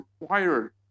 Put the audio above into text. required